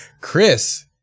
Chris